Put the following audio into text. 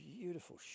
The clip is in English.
beautiful